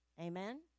Amen